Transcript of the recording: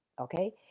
okay